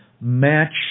match